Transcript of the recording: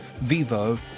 Vivo